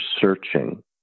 searching